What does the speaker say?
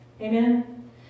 Amen